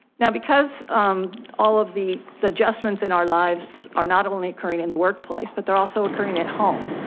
now, because all of the the adjustments in our lives are not only occurring in the workplace, but they're also occurring at home,